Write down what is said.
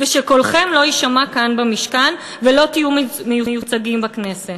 ושקולכם לא יישמע כאן במשכן ולא תהיו מיוצגים בכנסת.